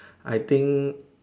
I think